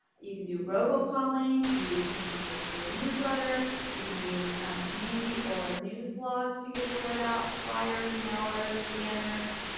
you can do robocalling, you can use your school newsletter, you can use um community or news blogs to get the word out fliers, mailers, banners,